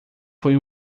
foi